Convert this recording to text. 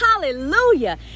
Hallelujah